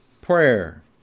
prayer